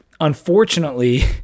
Unfortunately